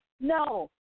No